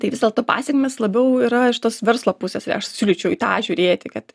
tai vis dėlto pasekmės labiau yra iš tos verslo pusės aš siūlyčiau į tą žiūrėti kad